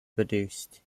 produced